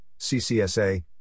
CCSA